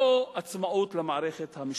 לא עצמאות למערכת המשפטית.